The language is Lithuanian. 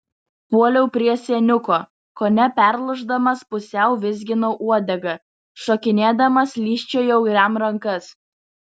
puoliau prie seniuko kone perlūždamas pusiau vizginau uodegą šokinėdamas lyžčiojau jam rankas